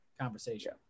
conversation